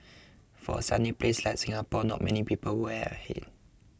for a sunny place like Singapore not many people wear a hat